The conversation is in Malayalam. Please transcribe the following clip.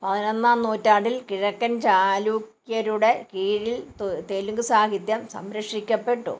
പതിനൊന്നാം നൂറ്റാണ്ടിൽ കിഴക്കൻ ചാലൂക്യരുടെ കീഴിൽ തെലുങ്ക് സാഹിത്യം സംരക്ഷിക്കപ്പെട്ടു